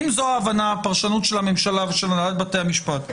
אם זו הפרשנות של הממשלה ושל הנהלת בתי המשפט,